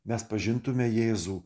mes pažintumėme jėzų